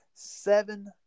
Seven